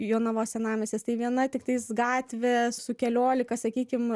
jonavos senamiestis tai viena tiktais gatvė su keliolika sakykim